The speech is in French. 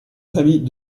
famille